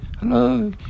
Hello